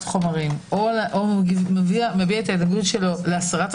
החומרים או התנגדותו להסרת החיסיון,